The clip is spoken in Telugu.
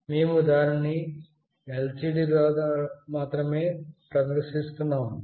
మేము దానిని LCD లో మాత్రమే ప్రదర్శిస్తున్నాము